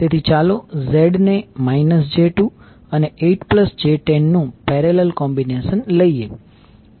તેથી ચાલો Zને j2 અને 8j10 નું પેરેલલ કોમ્બિનેશન લઈએ